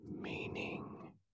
Meaning